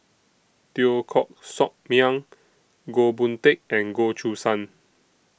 Teo Koh Sock Miang Goh Boon Teck and Goh Choo San